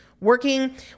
working